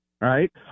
right